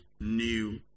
new